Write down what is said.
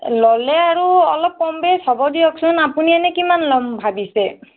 ল'লে আৰু অলপ কম বেছ হ'ব দিয়কচোন আপুনি এনেই কিমান লম ভাবিছে